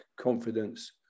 confidence